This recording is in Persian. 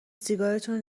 سیگارتونو